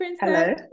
Hello